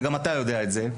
וגם אתה יודע את זה,